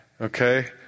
Okay